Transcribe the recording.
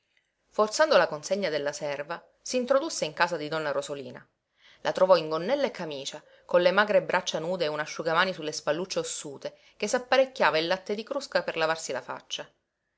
forzando la consegna della serva s'introdusse in casa di donna rosolina la trovò in gonnella e camicia con le magre braccia nude e un asciugamani su le spallucce ossute che s'apparecchiava il latte di crusca per lavarsi la faccia